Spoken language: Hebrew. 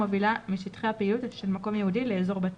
המובילה משטחי הפעילות של מקום ייעודי לאזור בטוח,